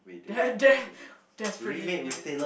de~ de~ desperately we need it